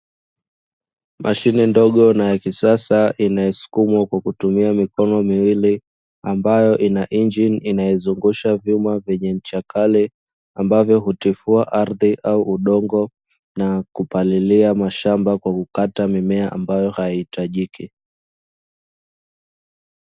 Mashine ndogo na ya kisasa inayosukumwa kwa kutumia mikono miwili, ambayo ina injini inayozungusha vyuma vyenye ncha kali ambavyo hutifua ardhi au udongo na kupalilia mashamba kwa kukata mimea ambayo haihitajiki.